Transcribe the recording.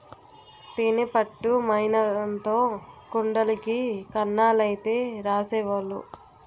తేనె పట్టు మైనంతో కుండలకి కన్నాలైతే రాసేవోలు